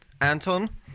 Anton